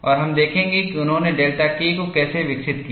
और हम देखेंगे कि उन्होंने डेल्टा K को कैसे विकसित किया